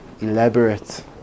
elaborate